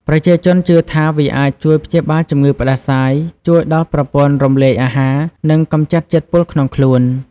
ប្រជាជនជឿថាវាអាចជួយព្យាបាលជំងឺផ្តាសាយ ជួយដល់ប្រព័ន្ធរំលាយអាហារ និងកម្ចាត់ជាតិពុលក្នុងខ្លួន។